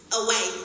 away